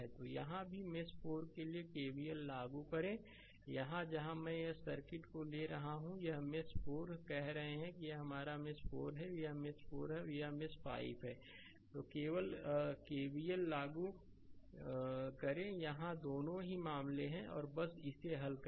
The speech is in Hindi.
तो यहां भी मेष 4 के लिए केवीएल लागू करें यहां जहां मैं यह सर्किट ले रहा हूं यह मेष 4 कह रहे हैं यह हमारा मेष4 है यह मेष 4 है और यह मेष 5 है केवीएल लागू करें यहां दोनों ही मामले हैं और बस इसे हल करें